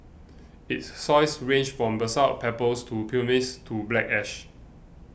its soils range from basalt pebbles and pumice to black ash